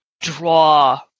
draw